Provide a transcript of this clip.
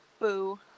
Boo